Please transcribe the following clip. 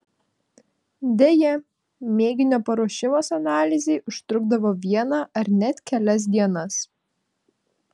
deja mėginio paruošimas analizei užtrukdavo vieną ar net kelias dienas